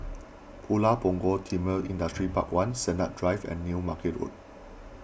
Pulau Punggol Timor Industrial Park one Sennett Drive and New Market Road